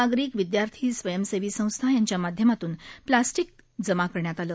नागरिक विद्यार्थी स्वयंसेवी संस्था यांच्या माध्यमातून प्लास्टिक जमा करण्यात आले